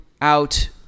out